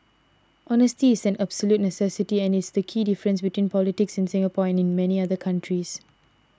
honesty is an absolute necessity and is the key difference between politics in Singapore and in many other countries